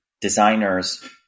designers